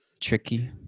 tricky